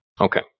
Okay